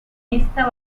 esta